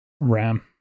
Ram